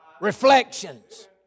reflections